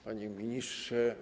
Panie Ministrze!